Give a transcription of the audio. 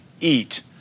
eat